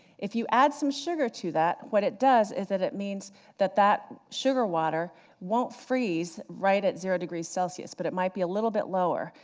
if you add some sugar to that, what it does is that it means that that sugar water won't freeze right at zero degrees celsius, but it might be a little bit lower.